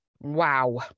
Wow